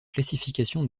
classification